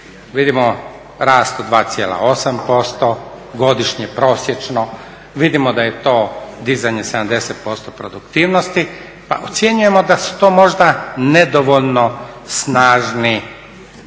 vidimo rast od 2,8% godišnje prosječno, vidimo da je to dizanje 70% produktivnosti. Pa ocjenjujemo da su to možda nedovoljno snažni